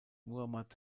muhammad